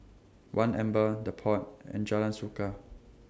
one Amber The Pod and Jalan Suka